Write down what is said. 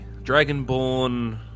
dragonborn